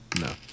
No